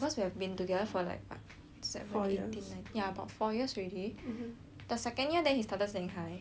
seventeen eighteen nineteen ya about four years already the second year then he started saying hi